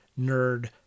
nerd